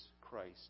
Christ